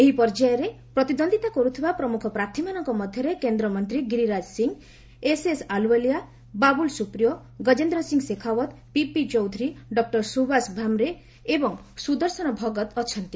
ଏହି ପର୍ଯ୍ୟାୟରେ ପ୍ରତିଦ୍ୱନ୍ଦ୍ୱିତା କରୁଥିବା ପ୍ରମୁଖ ପ୍ରାର୍ଥୀମାନଙ୍କ ମଧ୍ୟରେ କେନ୍ଦ୍ରମନ୍ତ୍ରୀ Giriraj Singh S S Ahluwalia Babul Supriyo Gajendra Singh Shekhawat P P Chaudhary doctor ସୁବାସ ଭାମ୍ରେ ଏବଂ ସୁଦର୍ଶନ ଭଗତ୍ ଅଛନ୍ତି